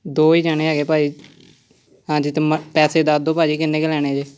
ਦੋ ਹੀ ਜਾਣੇ ਹੈਗੇ ਭਾਅ ਜੀ ਹਾਂਜੀ ਅਤੇ ਮ ਪੈਸੇ ਦੱਸ ਦਿਉ ਭਾਅ ਜੀ ਕਿੰਨੇ ਕੁ ਲੈਣੇ ਜੇ